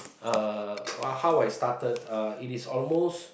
uh wa~ how I started uh it is almost